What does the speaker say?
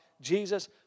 Jesus